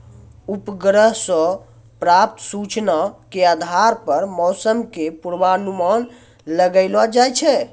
उपग्रह सॅ प्राप्त सूचना के आधार पर मौसम के पूर्वानुमान लगैलो जाय छै